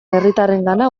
herritarrengana